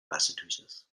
massachusetts